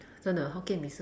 真的 Hokkien Mee 是